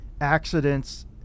accidents